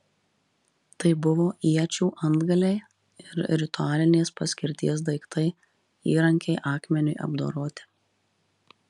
tai buvo iečių antgaliai ir ritualinės paskirties daiktai įrankiai akmeniui apdoroti